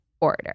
order